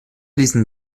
diesen